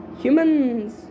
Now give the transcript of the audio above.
Humans